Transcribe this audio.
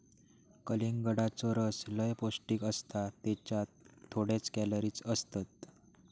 कलिंगडाचो रस लय पौंष्टिक असता त्येच्यात थोडेच कॅलरीज असतत